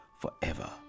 forever